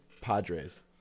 Padres